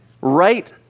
right